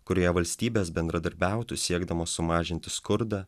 kurioje valstybės bendradarbiautų siekdamos sumažinti skurdą